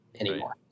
anymore